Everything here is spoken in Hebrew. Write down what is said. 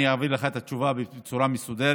אני אעביר לך את התשובה בצורה מסודרת.